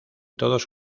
todos